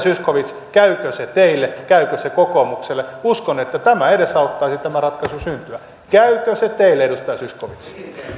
zyskowicz käyvätkö ne teille käyvätkö ne kokoomukselle uskon että tämä edesauttaisi tämän ratkaisun syntyä käyvätkö ne teille edustaja zyskowicz